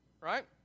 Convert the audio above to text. Right